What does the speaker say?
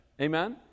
Amen